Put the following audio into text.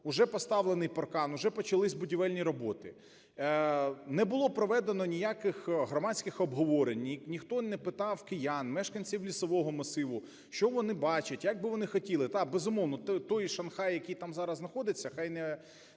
Уже поставлений паркан, уже почалися будівельні роботи. Не було проведено ніяких громадських обговорень, ніхто не питав киян, мешканців Лісового масиву, що вони бачать, як би вони хотіли. Так, безумовно, той "шанхай", який зараз там знаходиться, ну,